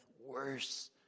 Worse